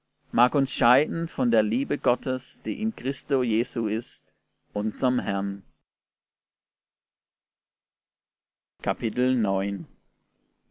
mag uns scheiden von der liebe gottes die in christo jesu ist unserm herrn